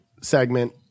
segment